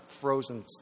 frozen